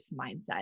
mindset